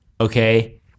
okay